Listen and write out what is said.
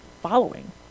following